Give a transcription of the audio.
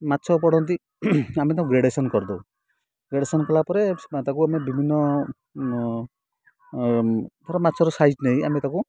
ମାଛ ପଡ଼ନ୍ତି ଆମେ ତାକୁ ଗ୍ରେଡ଼େସନ୍ କରିଦଉ ଗ୍ରେଡ଼େସନ୍ କଲାପରେ ତାକୁ ଆମେ ବିଭିନ୍ନ ଥର ମାଛର ସାଇଜ ନେଇ ଆମେ ତାକୁ